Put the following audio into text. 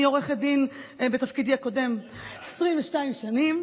אני עורכת דין בתפקידי הקודם 22 שנים.